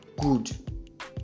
good